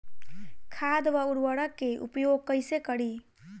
खाद व उर्वरक के उपयोग कइसे करी?